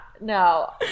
no